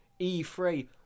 E3